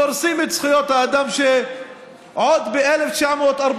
דורסים את זכויות האדם שעוד ב-1948